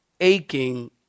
aching